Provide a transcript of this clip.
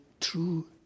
true